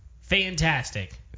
Fantastic